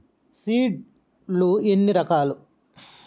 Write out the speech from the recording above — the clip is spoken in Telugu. సీడ్ లు ఎన్ని రకాలు?